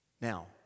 Now